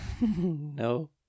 No